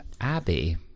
Abbey